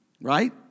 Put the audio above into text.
Right